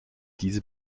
diese